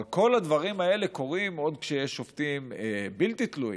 אבל כל הדברים האלה קורים עוד כשיש שופטים בלתי תלויים,